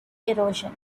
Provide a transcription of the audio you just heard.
erosion